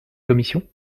commission